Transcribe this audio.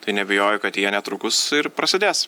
tai neabejoju kad jie netrukus prasidės